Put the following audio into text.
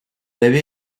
avait